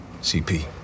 CP